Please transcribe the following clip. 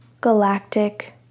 Galactic